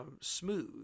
smooth